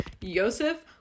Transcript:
Yosef